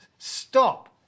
Stop